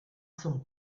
son